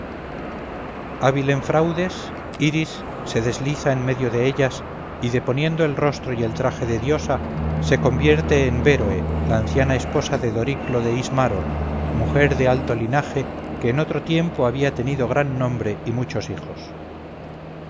hábil en fraudes iris se desliza en medio de ellas y deponiendo el rostro y el traje de diosa se convierte en béroe la anciana esposa de doriclo de ismaro mujer de alto linaje que en otro tiempo había tenido gran nombre y muchos hijos